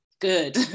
good